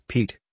Pete